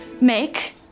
make